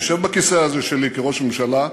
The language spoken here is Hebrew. ישב בכיסא הזה שלי כראש ממשלה,